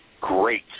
great